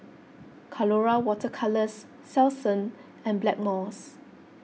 Colora Water Colours Selsun and Blackmores